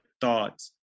thoughts